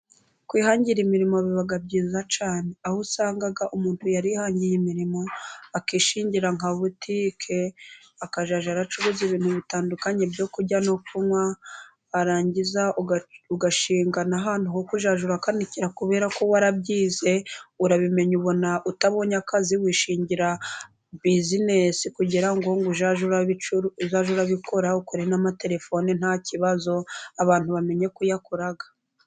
Kwihangira imirimo biba byiza cyane, aho usanga umuntu yarihangiye imirimo, akishingira nka butike, akazajya aracuruza ibintu bitandukanye byo kurya no kunywa, warangiza ugashinga n'ahantu ho kuzajya urakanikira kubera ko warabyize, urabimenya ubona utabonye akazi wishingira bizinesi, kugira ngo uzajye urabikora, ukore n'amatelefone nta kibazo, abantu bamenye ko uyakora.